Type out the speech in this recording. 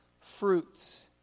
fruits